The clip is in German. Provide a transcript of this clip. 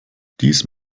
dies